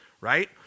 right